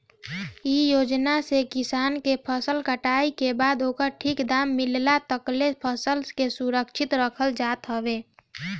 इ योजना से किसान के फसल कटाई के बाद ओकर ठीक दाम मिलला तकले फसल के सुरक्षित रखल जात हवे